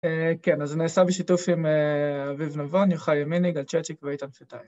כן, אז זה נעשה בשיתוף עם אביב נבון, יוחאי ימיני, גל צ'צ'יק ואיתן פיטאי.